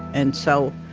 and so